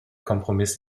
kompromiss